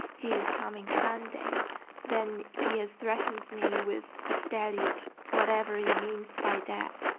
he is coming sunday then he has threatened me with a deluge, whatever he means by that.